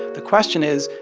the question is,